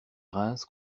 reims